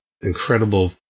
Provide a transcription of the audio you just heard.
incredible